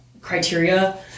criteria